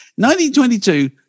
1922